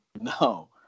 No